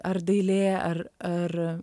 ar dailė ar ar